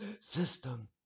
system